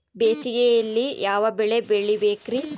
ಬೇಸಿಗೆಯಲ್ಲಿ ಯಾವ ಬೆಳೆ ಬೆಳಿಬೇಕ್ರಿ?